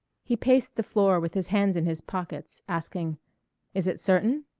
he paced the floor with his hands in his pockets, asking is it certain?